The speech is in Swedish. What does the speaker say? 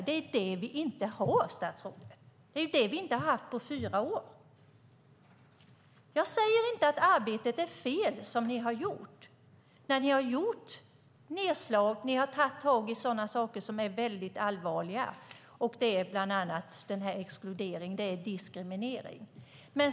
Det har vi inte, statsrådet. Vi har inte haft det på fyra år. Jag säger inte att det arbete som regeringen gjort är fel. Regeringen har gjort nedslag och tagit tag i saker som är väldigt allvarliga, bland annat exkluderingen, som ju är diskriminering.